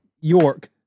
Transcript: York